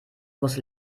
muss